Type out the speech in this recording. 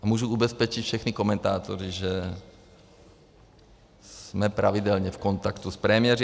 Můžu ubezpečit všechny komentátory, že jsme pravidelně v kontaktu s premiéry.